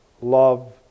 love